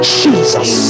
jesus